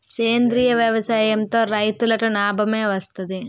సేంద్రీయ వ్యవసాయం తో రైతులకి నాబమే వస్తది